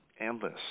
endless